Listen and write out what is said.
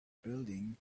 building